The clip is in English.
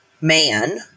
man